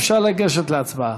אפשר לגשת להצבעה.